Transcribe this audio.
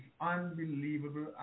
unbelievable